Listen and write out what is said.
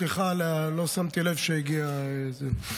סליחה, לא שמתי לב שהגיע תורי.